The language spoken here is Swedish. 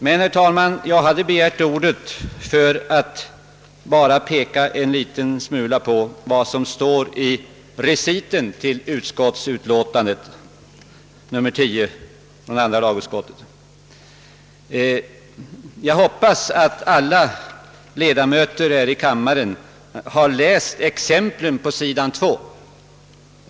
Men, herr talman, jag hade begärt ordet för att peka på vad som står i reciten till utskottsutlåtandet. Jag hoppas att alla kammarens ledamöter läst exemplen på s. 2.